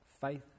faith